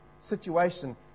situation